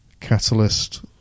Catalyst